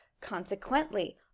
consequently